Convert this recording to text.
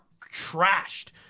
trashed